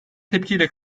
tepkiyle